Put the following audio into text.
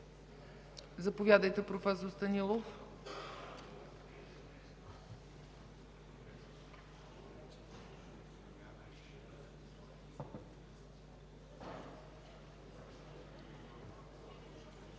Заповядайте, проф. Станилов.